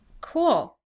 Cool